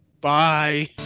Bye